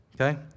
okay